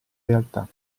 realtà